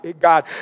God